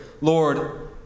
Lord